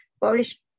publish